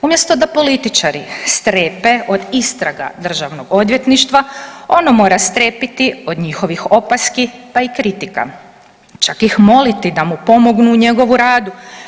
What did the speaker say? Umjesto da političari strepe od istraga Državnog odvjetništva ono mora strepiti od njihovih opaski, pa i kritika, čak ih moliti da mu pomognu u njegovu radu.